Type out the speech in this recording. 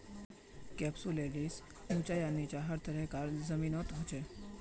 कैप्सुलैरिस ऊंचा या नीचा हर तरह कार जमीनत हछेक